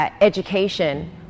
education